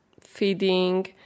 feeding